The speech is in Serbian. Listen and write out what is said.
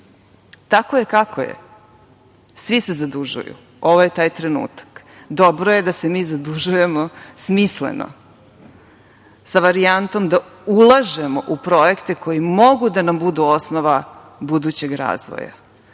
je, kako je. Svi se zadužuju. Ovo je taj trenutak. Dobro je da se mi zadužujemo smisleno, sa varijantom da ulažemo u projekte koji mogu da nam budu osnova budućeg razvoja.